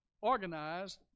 organized